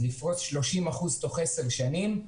אז לפרוס 30 אחוזים תוך 10 שנים,